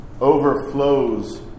overflows